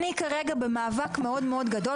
אני כרגע במאבק מאוד-מאוד גדול,